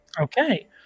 okay